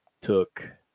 took